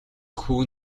хүү